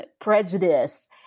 prejudice